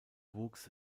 wuchs